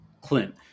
Clint